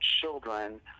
children